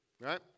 right